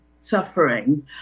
suffering